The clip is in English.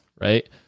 right